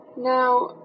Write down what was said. Now